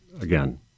again